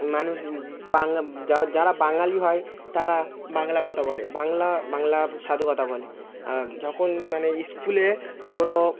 মানুষ বাংলা যারা বাঙালি হয় তারা বাংলা কথা বলে বাংলা বাংলা সাধু কথা বলে যখন মানে ইস্কুলে কোনো